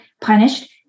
punished